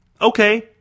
Okay